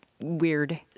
weird